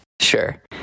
Sure